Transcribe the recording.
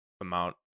amount